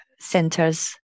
centers